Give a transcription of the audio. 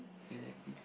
exactly